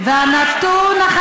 אז תפסיקו להסית נגד הערבים.